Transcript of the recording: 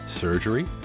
surgery